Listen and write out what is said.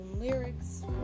lyrics